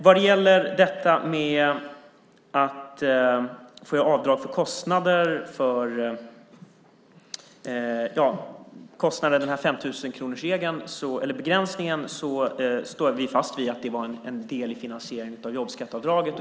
När det gäller att få göra avdrag för kostnader och begränsningen på 5 000 kronor står vi fast vid att det var en del av finansieringen av jobbskatteavdraget.